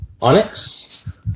Onyx